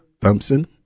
Thompson